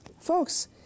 Folks